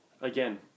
Again